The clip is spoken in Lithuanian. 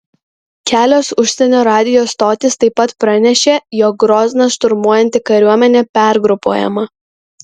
kelios užsienio radijo stotys taip pat pranešė jog grozną šturmuojanti kariuomenė pergrupuojama